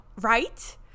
Right